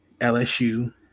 LSU